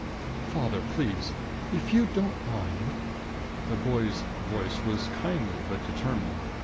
father please if you don't mind the boy's voice was kindly but determined.